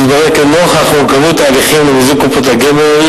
התברר כי נוכח מורכבות ההליכים למיזוג קופות הגמל,